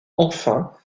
enfin